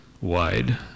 Wide